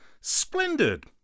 Splendid